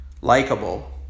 likable